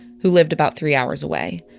who lived about three hours away.